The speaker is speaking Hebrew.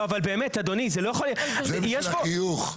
זה בשביל החיוך.